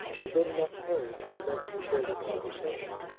and then left harry to commence the further conversation.